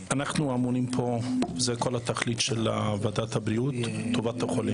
אנחנו אמונים כאן זו כל התכלית של ועדת הבריאות לפעול לטובת החולים,